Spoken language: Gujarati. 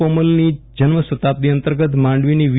પોમલની જન્મ સતાપ્દી અંતર્ગત માંડવીની વી